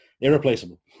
irreplaceable